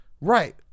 Right